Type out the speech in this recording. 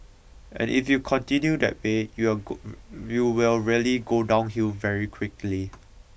and if you continue that way you'll go you will really go downhill very quickly